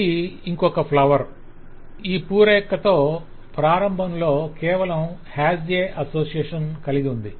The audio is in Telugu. ఇది ఇంకొక పువ్వు ఈ పూరేకతో ప్రారంభంలో కేవలం 'HAS A' అసోసియేషన్ కలిగి ఉంది